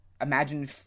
imagine